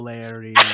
Larry